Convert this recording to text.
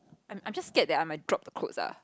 I'm I'm just scare that I might drop the clothes ah